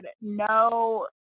no